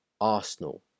Arsenal